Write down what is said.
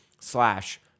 slash